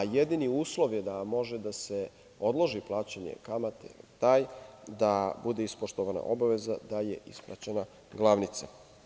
Jedini uslov da može da se odloži plaćanje kamate je taj da bude ispoštovana obaveza da je isplaćena glavnica.